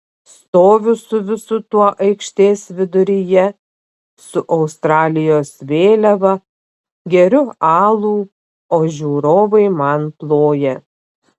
stoviu su visu tuo aikštės viduryje su australijos vėliava geriu alų o žiūrovai man ploja